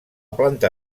planta